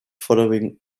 following